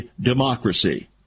democracy